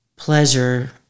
Pleasure